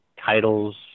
titles